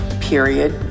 Period